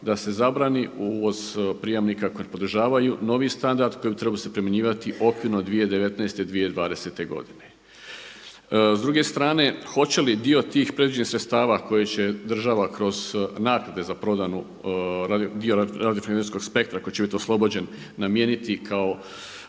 da se zabrani uvoz prijemnika koji podržavaju novi standard koji bi trebao se primjenjivati okvirno 2019., 2020. godine. S druge strane hoće li dio tih predviđenih sredstava koje će država kroz naknade za prodanu, …/Govornik se ne razumije./… spektra koji će biti oslobođen namijeniti kao